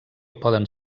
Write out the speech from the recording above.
poden